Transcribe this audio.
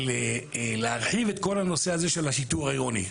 להרחיב את כל נושא השיטור העירוני.